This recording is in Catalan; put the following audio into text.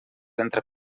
entre